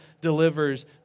delivers